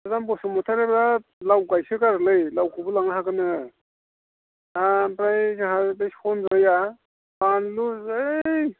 बसुमतारिया लाव गायसोगारोलै लावखौबो लांनो हागोन नोङो दा ओमफ्राय जाहा बै सन्जयआ बानलु जै